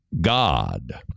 God